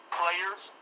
players